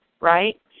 right